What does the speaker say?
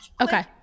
okay